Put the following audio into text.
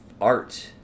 art